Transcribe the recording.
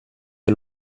der